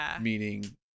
meaning